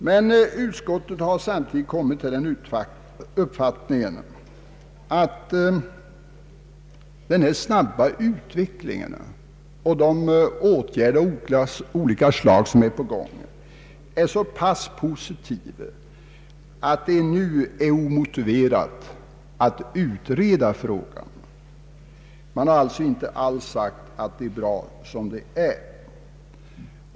Men utskottet har samtidigt funnit att den snabba utvecklingen och de åtgärder av olika slag som kommer att sättas in inte motiverar en utredning av frågan. Man har alltså inte alls sagt att det är bra som det är.